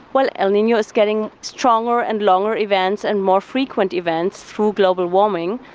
well, el nino is getting stronger and longer events and more frequent events through global warming.